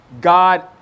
God